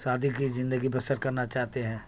سادی کی زندگی بسر کرنا چاہتے ہیں